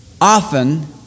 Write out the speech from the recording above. often